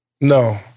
no